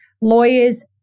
Lawyers